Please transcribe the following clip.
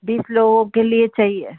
बीस लोगों के लिए चाहिए